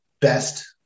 best